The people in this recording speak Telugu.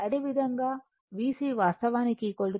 అదేవిధంగాVC వాస్తవానికి 90 కోణం 450 సరైనది